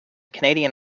canadian